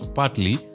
partly